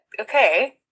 Okay